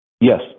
Yes